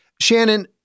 Shannon